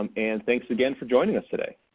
um and thanks again for joining us today.